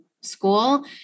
school